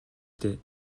дээ